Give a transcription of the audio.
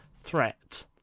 threat